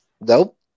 Nope